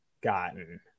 gotten